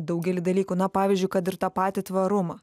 daugelį dalykų na pavyzdžiui kad ir tą patį tvarumą